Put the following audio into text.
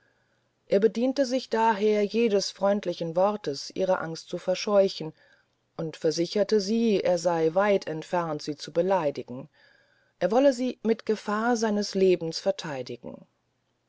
er bediente sich daher jedes freundlichen wortes ihre angst zu verscheuchen und versicherte sie er sey weit entfernt sie zu beleidigen er wolle sie mit gefahr seines lebens vertheidigen